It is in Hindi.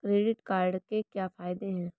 क्रेडिट कार्ड के क्या फायदे हैं?